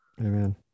Amen